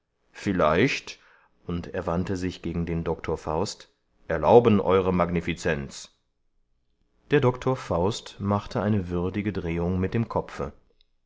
vielleicht und er wandte sich gegen den doktor faust erlauben euere magnifizenz der doktor faust machte eine würdige drehung mit dem kopfe